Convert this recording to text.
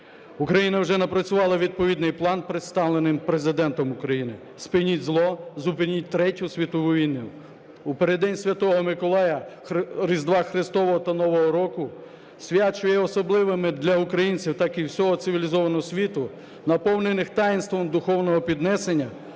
Україна вже напрацювала відповідний план, представлений Президентом України. Спиніть зло, зупиніть третю світову війну! У переддень святого Миколая, Різдва Христового та Нового року – свят, що є особливими для українців, так і всього цивілізованого світу, наповнених таїнством духовного піднесення,